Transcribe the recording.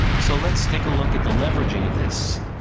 so, let's take a look at the leveraging of this.